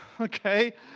Okay